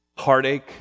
Heartache